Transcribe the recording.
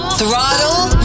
Throttle